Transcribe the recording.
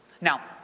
Now